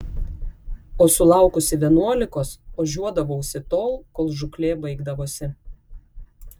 o sulaukusi vienuolikos ožiuodavausi tol kol žūklė baigdavosi